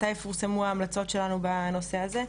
מתי יפורסמו ההמלצות שלנו בנושא הזה.